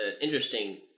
interesting